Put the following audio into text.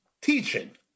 teaching